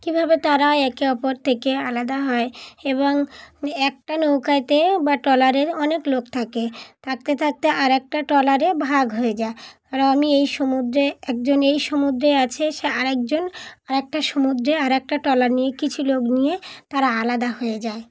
কীভাবে তারা একে অপর থেকে আলাদা হয় এবং একটা নৌকাতে বা ট্রলারে অনেক লোক থাকে থাকতে থাকতে আরেকটা ট্রলারে ভাগ হয়ে যায় কারণ আমি এই সমুদ্রে একজন এই সমুদ্রে আছে সে আরেকজন আর একটা সমুদ্রে আরে একটা ট্রলার নিয়ে কিছু লোক নিয়ে তারা আলাদা হয়ে যায়